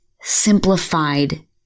simplified